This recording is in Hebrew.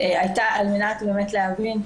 הייתה על מנת באמת להבין,